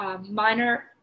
minor